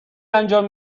انجام